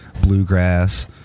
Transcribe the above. bluegrass